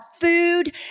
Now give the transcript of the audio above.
food